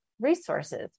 resources